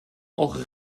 auch